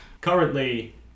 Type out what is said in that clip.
Currently